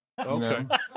Okay